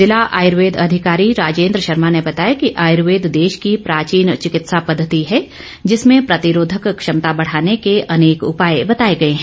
जिला आयर्वेद अधिकारी रोजेन्द्र शर्मा ने बताया कि आयर्वेद देश की प्राचीन चिकित्सा पद्धति है जिसमें प्रतिरोधक क्षमता बढाने के अनेक उपाय बताए गए हैं